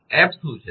𝐹 શું છે